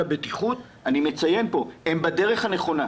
הבטיחות אני מציין פה שהם בדרך הנכונה.